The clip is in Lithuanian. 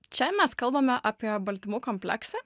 čia mes kalbame apie baltymų kompleksą